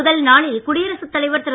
முதல் நாளில் குடியரசுத் தலைவர் திரு